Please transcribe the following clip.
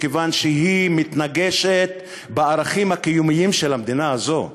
מכיוון שהיא מתנגשת בערכים הקיומיים של המדינה הזו,